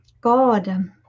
God